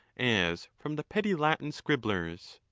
as from the petty latin scrib blers.